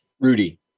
Rudy